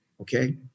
okay